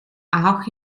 auch